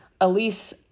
Elise